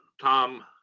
Tom